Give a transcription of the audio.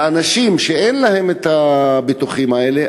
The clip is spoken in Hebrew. אנשים שאין להם את הביטוחים האלה,